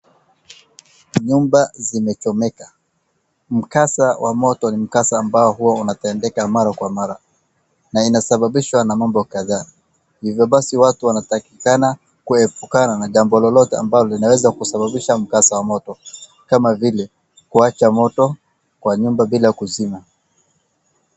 Nyumba zimechomeka. Mkasa wa moto ni mkasa ambao huwa unatendeka mara kwa mara na inasabambishwa na mambo kadhaa. Hivyo basi watu wanatakikana kuepukana na jambo lolote ambalo linasabambisha mkasa wa moto kama vile kuacha moto kwa nyumba bila kuzima.